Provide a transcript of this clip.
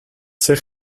zich